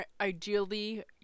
ideally